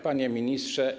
Panie Ministrze!